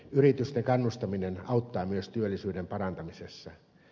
yritysten kannustaminen auttaa myös työllisyyden parantamisessa